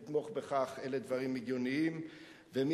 אם מהגלגלים ואם מהכביש בירידה הקשה שהיתה שם,